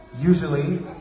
Usually